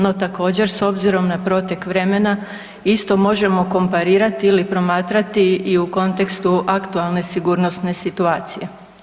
No također s obzirom na protek vremena isto možemo komparirati ili promatrati i u kontekstu aktualne sigurnosne situacije.